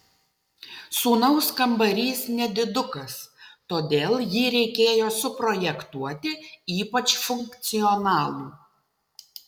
sūnaus kambarys nedidukas todėl jį reikėjo suprojektuoti ypač funkcionalų